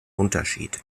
unterschied